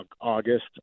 August